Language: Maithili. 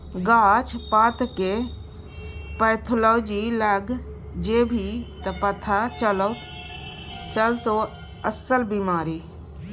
गाछ पातकेर पैथोलॉजी लग जेभी त पथा चलतौ अस्सल बिमारी